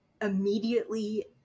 immediately